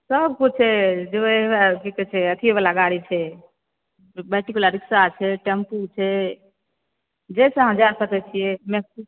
सब किछु छै हौवे की कहै छै अथी वाला गाड़ी छै बैटिक वाला रिक्शा छै टेम्पू छै जाहिसँ अहाँ जाय सकै छियै